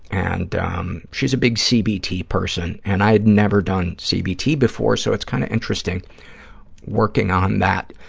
and um she's a big cbt person, and i had never done cbt before, so it's kind of interesting working on that,